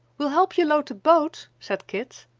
we'll help you load the boat, said kit.